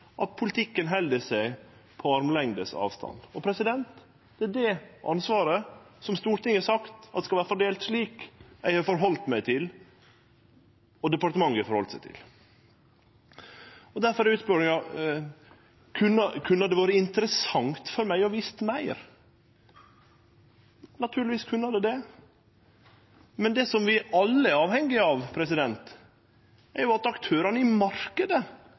at politikken held seg på armlengdes avstand. Det er det ansvaret Stortinget har sagt skal vere fordelt slik, som eg har halde meg til, og som departementet har halde seg til. Difor kunne det vore interessant for meg å ha visst meir – naturlegvis kunne det det – men det vi alle er avhengige av, er at aktørane i